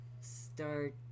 start